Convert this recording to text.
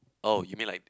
oh you mean like